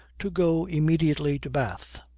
to go immediately to bath.